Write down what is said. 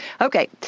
Okay